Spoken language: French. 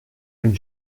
une